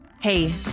Hey